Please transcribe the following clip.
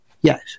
Yes